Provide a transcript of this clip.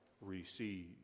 receive